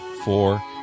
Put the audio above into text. four